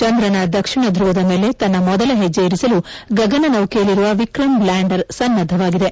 ಚಂದ್ರನ ದಕ್ಷಿಣ ಧ್ಯವದ ಮೇಲೆ ತನ್ನ ಮೊದಲ ಹೆಣ್ಣೆ ಇರಿಸಲು ಗಗನ ನೌಕೆಯಲ್ಲಿರುವ ವಿಕ್ರಂ ಲ್ಡಾಂಡರ್ ಸನ್ನದ್ವವಾಗಿದೆ